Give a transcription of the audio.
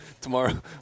tomorrow